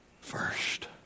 first